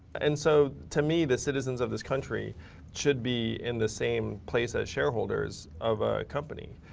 and so to me, the citizens of this country should be in the same place as shareholders of a company.